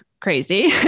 crazy